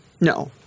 No